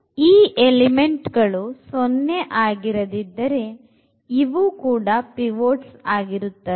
ಈ ಎಲಿಮೆಂಟ್ಆ ಗಳು 0 ಆಗಿರದಿದ್ದರೆ ಇವು ಕೂಡ ಪಿವೊಟ್ಸ್ ಆಗಿರುತ್ತದೆ